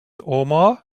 omar